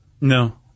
No